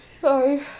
Sorry